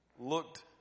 looked